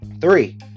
Three